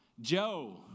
Joe